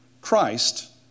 Christ